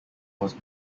was